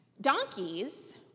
Donkeys